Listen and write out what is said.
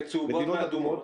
וצהובות ואדומות?